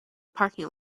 parking